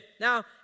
Now